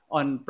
on